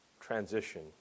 transition